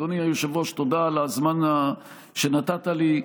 אדוני היושב-ראש, תודה על הזמן שנתת לי.